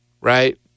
right